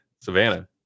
Savannah